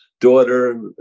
daughter